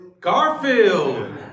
Garfield